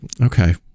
Okay